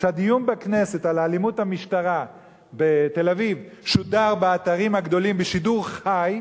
שהדיון בכנסת על אלימות המשטרה בתל-אביב שודר באתרים הגדולים בשידור חי,